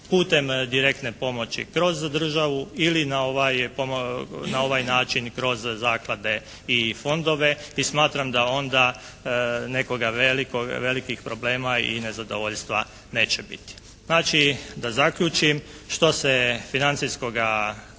putem direktne pomoći kroz državu ili na ovaj način kroz zaklade i fondove. I smatram da onda nekoga velikih problema i nezadovoljstva neće biti. Znači da zaključim. Što se financijske strane